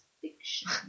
fiction